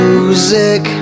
Music